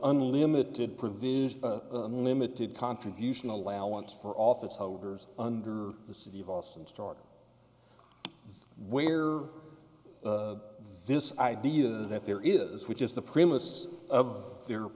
unlimited prove these limited contribution allowance for office holders under the city of austin stuart where this idea that there is which is the premise of their